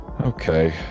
Okay